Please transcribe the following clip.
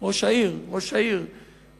ראש העיר, חברים,